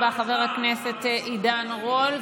תודה רבה, חבר הכנסת עידן רול.